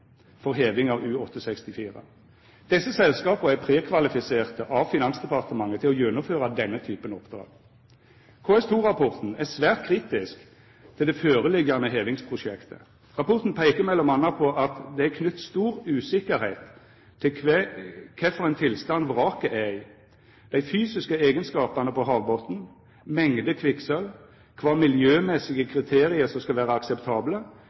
for hevinga av U-864. Desse selskapa er prekvalifiserte av Finansdepartementet til å gjennomføra denne typen oppdrag. KS2-rapporten er svært kritisk til det føreliggjande hevingsprosjektet. Rapporten peikar m.a. på at det er knytt stor usikkerheit til kva tilstand vraket er i, dei fysiske eigenskapane på havbotnen, mengda kvikksølv, kva miljømessige kriterium som skal vera akseptable,